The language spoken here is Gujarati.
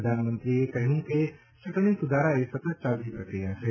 પ્રધાનમંત્રીએ કહ્યું કે ચૂંટણી સુધારા એ સતત ચાલતી પ્રક્રિયા છે